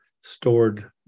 stored